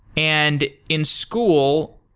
and in school,